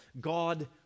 God